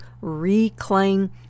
reclaim